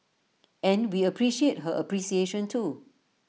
and we appreciate her appreciation too